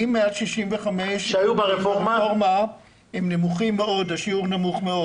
65 שהיו ברפורמה, השיעור נמוך מאוד.